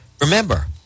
remember